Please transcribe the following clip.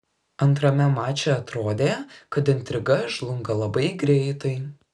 antrame mače atrodė kad intriga žlunga labai greitai